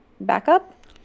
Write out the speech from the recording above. backup